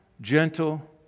gentle